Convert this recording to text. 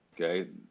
okay